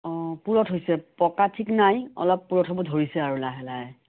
অ' পুৰঠ হৈছে পকা ঠিক নাই অলপ পুৰঠ হ'ব ধৰিছে আৰু লাহে লাহে